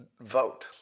vote